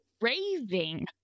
raving